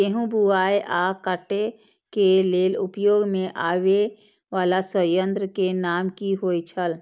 गेहूं बुआई आ काटय केय लेल उपयोग में आबेय वाला संयंत्र के नाम की होय छल?